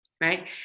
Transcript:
right